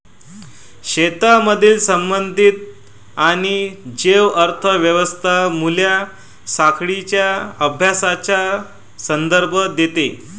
शेतीमधील संबंधित आणि जैव अर्थ व्यवस्था मूल्य साखळींच्या अभ्यासाचा संदर्भ देते